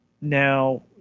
now